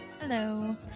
Hello